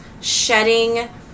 shedding